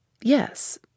Yes